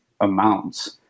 amounts